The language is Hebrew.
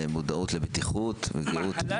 מודעות לבטיחות וגהות.